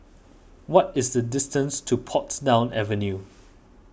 what is the distance to Portsdown Avenue